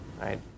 right